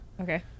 Okay